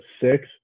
six